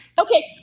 Okay